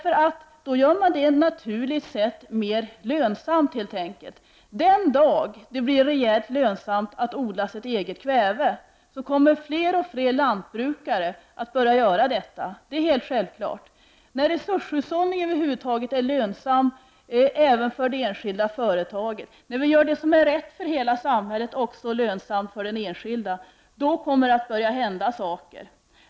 På detta sätt gör vi nämligen alternativodlingen till det naturligt mer lönsamma. Den dag det blir rejält lönsamt att odla sitt eget kväve kommer fler och fler lantbrukare att börja göra detta. Det är helt självklart. När resurshushållning över huvud taget är lönsam även för de enskilda företagen, när vi gör det som är rätt för hela samhället lönsamt också för den enskilde, då kommer det att börja hända saker.